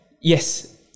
yes